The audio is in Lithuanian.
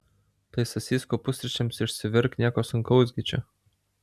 tai sasyskų pusryčiams išsivirk nieko sunkaus gi čia